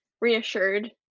reassured